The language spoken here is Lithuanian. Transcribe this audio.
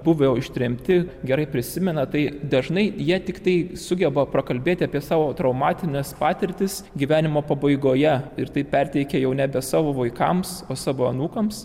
buvo ištremti gerai prisimena tai dažnai jie tiktai sugeba prakalbėti apie savo traumatinės patirtis gyvenimo pabaigoje ir tai perteikia jau nebe savo vaikams o savo anūkams